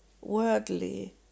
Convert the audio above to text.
worldly